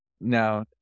Now